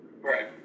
Right